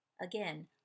Again